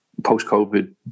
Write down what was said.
post-COVID